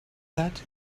that